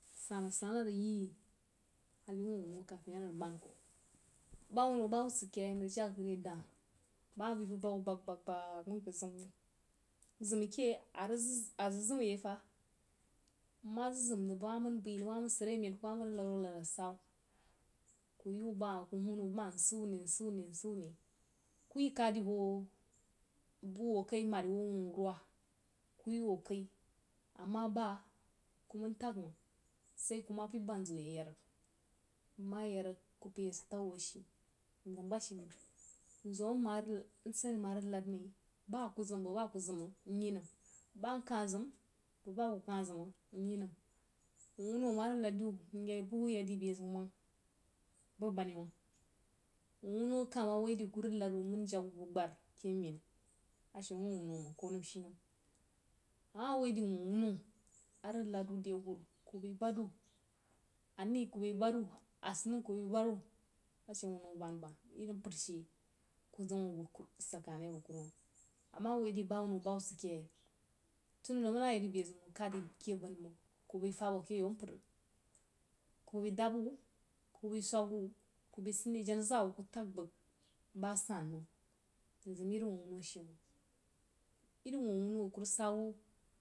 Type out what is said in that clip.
San-san a rig yii halí wuh-quno kafin a rig baned kuh bah wunno nuhubba sid ke yei nəng jəg bəg re dah bəg ma bai bəg, wuh bəg-bəg-bəg wui bəg zim wah zim-ī keh a rig, a zəg rig zan-i yo fah, nma zəg zim-i bəg ma mən bai nma man sul ke mein kuma man rig nəl vuh a səbbə ku ye wa baha mhuna wuh baha nsid wuh ne, nsid wuh ne nsid wuh ne ku yi kah di huo bəg wuh kai mari wuh awurwa, ku yi huo wuh kai, amah baá ku mən təg məng, sai ku ma pei band zəg wuh ye yarig nma ya rig ku pei ya sid təg wuh bəg ashe mzím bah she məng mzim nmah rig nəd nsane ma rig nəd mai bah ku zim̄ bəg bah ku lim məng nyi nəm bah nkah zim bəg bah ku kah ziməng nyinəm wuh wuni ama rig nəd wuh nyə bu yəg di beh ziun məng bəg banni məng, wuh wuno akah ma woi di ku rig nəd wanno məng koh nəm shin nəm a mah a woi wuh wuno a rig nəd wuh de wurru ku bai, bad wuh anaī kub bau bad wuh, a sannəng ku bai bad wuh ashe wuh wuno aband-bans iri mpər she kuh zim wuh sankane bəg kurumam amah a woí bah wuno bahub ba sid keh yei tun anəng manna ya di deh zeun məng mkhad di ke banni məng kuh fəb wuh keh yau mpər, kuh bai dab wuh, kuh bai swəg wuh mbai sən jenna zaa wuh mtəg bəg bah san məng mzim in wuh wuno she məng iri wuh wuno aku rig sabu.